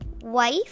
wife